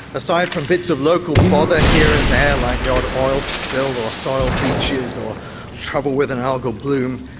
aside from bits of local bother here and there like the odd oil spill or soiled beaches, or trouble with an algal bloom,